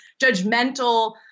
judgmental